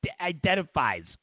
identifies